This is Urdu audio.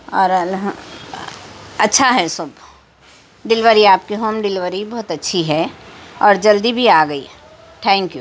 اور اچھا ہے سب ڈلیوری آپ کی ہوم ڈلیوری بہت اچھی ہے اور جلدی بھی آگئی ٹھینک یو